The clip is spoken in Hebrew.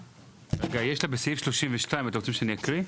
אתה בסעיף 32. אתם רוצים שאני אקריא?